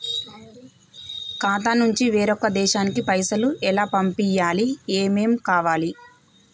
ఖాతా నుంచి వేరొక దేశానికి పైసలు ఎలా పంపియ్యాలి? ఏమేం కావాలి?